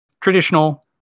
Traditional